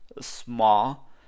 small